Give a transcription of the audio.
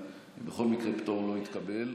ובכל מקרה פטור לא התקבל,